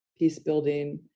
peacebuilding,